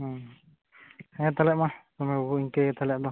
ᱦᱮᱸ ᱛᱟᱦᱚᱞᱮ ᱢᱟ ᱥᱚᱢᱟᱭ ᱵᱟᱹᱵᱩ ᱤᱱᱠᱟᱹᱜᱮ ᱛᱟᱦᱚᱞᱮ ᱟᱫᱚ